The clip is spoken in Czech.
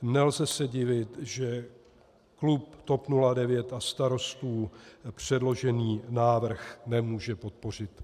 Nelze se divit, že klub TOP 09 a Starostů předložený návrh nemůže podpořit.